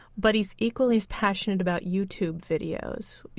but he's equally as passionate about youtube videos, you